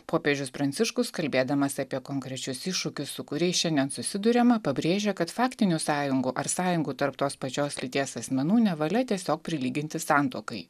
popiežius pranciškus kalbėdamas apie konkrečius iššūkius su kuriais šiandien susiduriama pabrėžia kad faktinių sąjungų ar sąjungų tarp tos pačios lyties asmenų nevalia tiesiog prilyginti santuokai